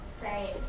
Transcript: say